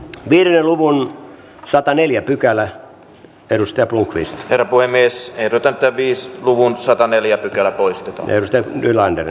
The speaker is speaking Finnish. viren luvun sataneljäpykälän perustelu krister voi myös vedoten viisi luvun sataneljä poistetaan eriste vilander